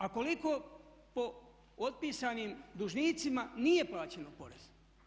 A koliko po otpisanim dužnicima nije plaćeno poreza?